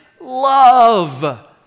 love